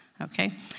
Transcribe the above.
okay